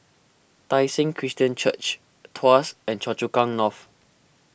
Tai Seng Christian Church Tuas and Choa Chu Kang North